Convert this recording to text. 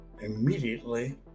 immediately